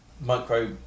micro